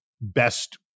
best